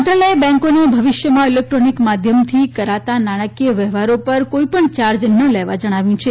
મંત્રાલયે બેંકોને ભવિષ્યના ઇલેકટ્રોનીક માધ્યમથી કરાતા નાણાંકીય વ્યવહારો પર કોઇ પણ યાર્જ ન લેવા જણાવ્યું છે